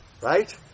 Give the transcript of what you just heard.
right